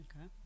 Okay